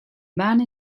man